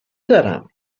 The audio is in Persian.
دارم